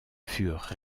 furent